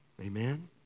Amen